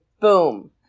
boom